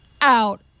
out